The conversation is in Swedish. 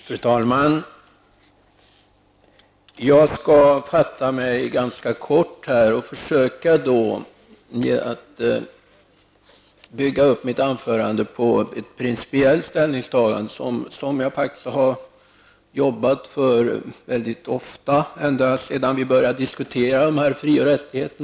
Fru talman! Jag skall fatta mig ganska kort och försöka att bygga mitt anförande på ett principiellt ställningstagande. Detta är något jag faktiskt har jobbat för väldigt ofta ända sedan vi började diskutera dessa fri och rättigheter.